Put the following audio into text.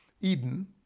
Eden